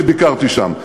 שביקרתי שם,